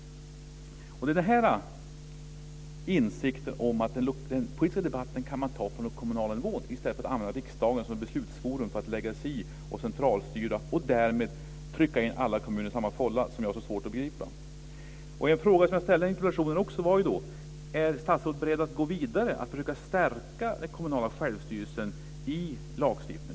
Det är den här insikten, att den politiska debatten kan man ta på den kommunala nivån i stället för att använda riksdagen som beslutsforum för att lägga sig i och centralstyra och därmed trycka in alla kommuner i samma fålla, som jag har så svårt att begripa. En fråga som jag ställde i interpellationen var: Är statsrådet beredd att gå vidare för att försöka stärka den kommunala självstyrelsen i lagstiftningen?